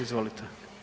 Izvolite.